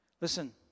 Listen